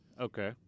Okay